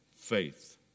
faith